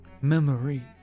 memory